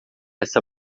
essa